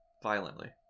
Violently